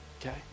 Okay